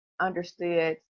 understood